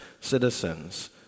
citizens